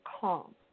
calm